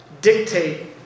dictate